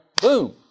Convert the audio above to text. boom